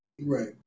Right